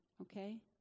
okay